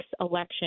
election